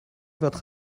votre